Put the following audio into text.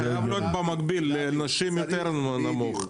זה חייב להיות במקביל לנשים צריך לקבוע גיל נמוך יותר.